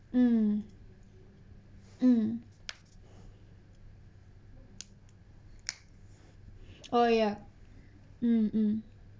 mm mm oh ya mm mm